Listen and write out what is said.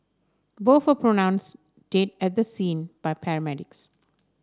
both were pronounced dead at the scene by paramedics